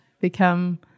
become